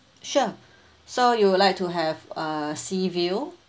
sure so you would like to have a sea view